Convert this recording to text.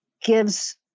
gives